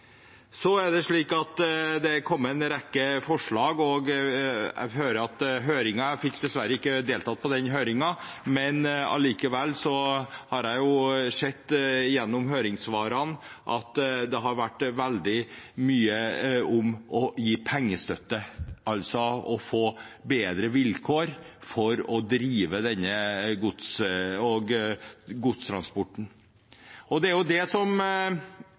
Så er det slik at det er kommet en rekke forslag. Jeg fikk dessverre ikke deltatt på høringen, men allikevel har jeg gjennom høringssvarene sett at det har vært veldig mye om å gi pengestøtte, altså å få bedre vilkår for å drive denne godstransporten. Det er det som